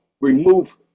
remove